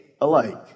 alike